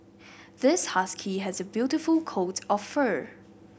this husky has a beautiful coat of fur